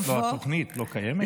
התוכנית לא קיימת?